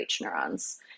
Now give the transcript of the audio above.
neurons